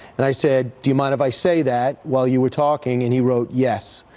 and i said, do you mind if i say that, while you were talking, and he wrote, yes.